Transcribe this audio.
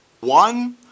one